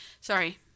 Sorry